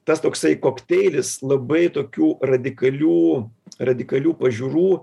tas toksai kokteilis labai tokių radikalių radikalių pažiūrų